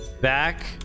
back